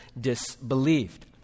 disbelieved